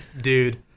dude